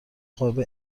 قاب